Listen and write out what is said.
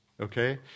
Okay